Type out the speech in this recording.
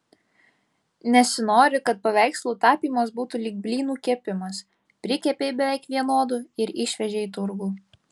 nesinori kad paveikslų tapymas būtų lyg blynų kepimas prikepei beveik vienodų ir išvežei į turgų